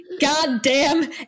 goddamn